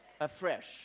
afresh